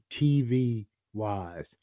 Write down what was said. TV-wise